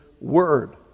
word